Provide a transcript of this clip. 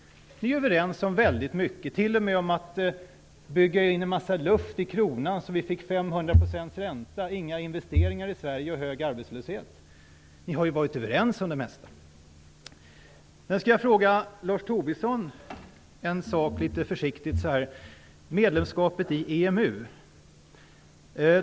Ni är överens om väldigt mycket, till och med om att bygga in en massa luft i kronan så att vi fick 500 % ränta, inga investeringar i Sverige och hög arbetslöshet. Ni har varit överens om det mesta. Sedan skall jag fråga Lars Tobisson en sak litet försiktigt. Det gäller medlemskapet i EMU.